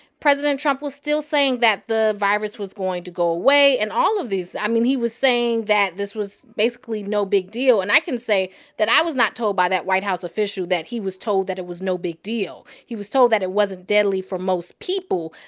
president trump was still saying that the virus was going to go away and all of these i mean, he was saying that this was basically no big deal. and i can say that i was not told by that white house official that he was told that it was no big deal. he was told that it wasn't deadly for most people,